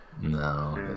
No